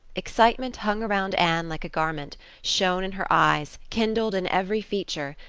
excitement hung around anne like a garment, shone in her eyes, kindled in every feature.